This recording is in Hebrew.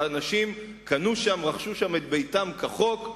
אנשים קנו ורכשו את ביתם שם כחוק,